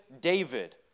David